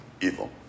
evil